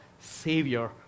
Savior